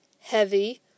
heavy